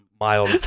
Mild